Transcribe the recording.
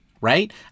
Right